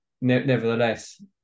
nevertheless